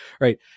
right